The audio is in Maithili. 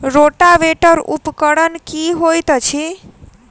रोटावेटर उपकरण की हएत अछि?